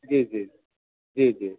जी जी जी जी